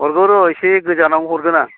हरगौ र' एसे गोजानावनो हरगोन आं